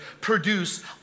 produce